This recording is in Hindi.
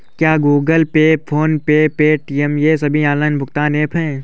क्या Google Pay PhonePe Paytm ये सभी ऑनलाइन भुगतान ऐप हैं?